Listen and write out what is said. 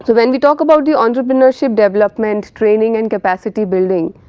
when we talk about the entrepreneurship development training and capacity building,